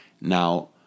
Now